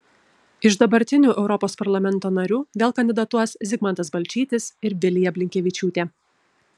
iš dabartinių europos parlamento narių vėl kandidatuos zigmantas balčytis ir vilija blinkevičiūtė